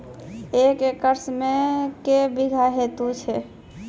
एक एकरऽ मे के बीघा हेतु छै?